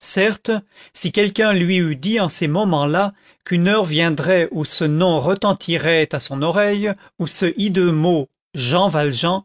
certes si quelqu'un lui eût dit en ces moments-là qu'une heure viendrait où ce nom retentirait à son oreille où ce hideux mot jean valjean